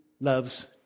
loves